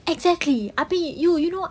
exactly abeh you you know